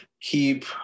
keep